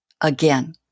again